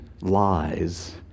lies